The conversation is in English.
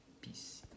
Peace